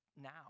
now